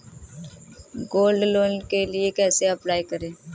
Gold loan के लिए कैसे अप्लाई करें?